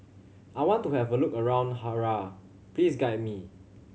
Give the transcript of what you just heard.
I want to have a look around Harare please guide me